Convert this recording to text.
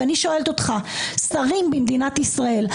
ואני שואלת אותך: שרים במדינת ישראל,